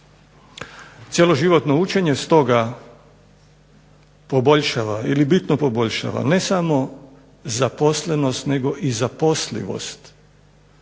Cjeloživotno učenje stoga bitno poboljšava ne samo zaposlenost nego i zaposlivost,